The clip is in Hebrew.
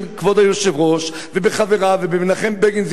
כבוד היושב-ראש ובחבריו ובמנחם בגין,